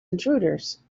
intruders